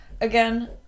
again